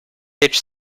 each